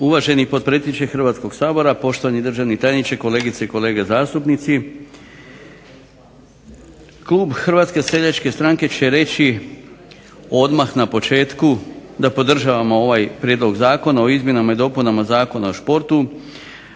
Uvaženi potpredsjedniče Hrvatskoga sabora, poštovani državni tajniče, kolegice i kolege zastupnici. Klub Hrvatske seljačke stranke će reći odmah na početku da podržavamo ovaj Prijedlog zakona o izmjenama i dopunama Zakona o športu